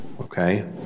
okay